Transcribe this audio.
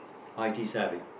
I_T savvy